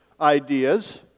ideas